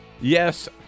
Yes